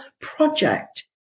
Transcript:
project